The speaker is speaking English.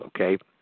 okay